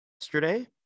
yesterday